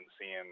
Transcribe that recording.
seeing